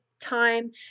time